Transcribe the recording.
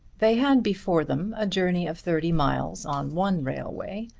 they had before them a journey of thirty miles on one railway,